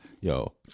Yo